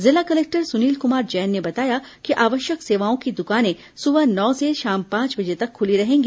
जिला कलेक्टर सुनील कुमार जैन ने बताया कि आवश्यक सेवाओं की दुकानें सुबह नौ से शाम पांच बजे तक खुली रहेंगी